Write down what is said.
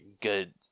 good